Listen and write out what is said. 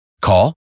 Call